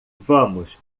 vamos